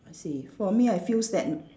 I see for me I feels that